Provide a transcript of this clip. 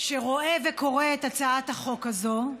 שרואה וקורא את הצעת החוק הזו,